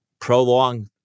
prolong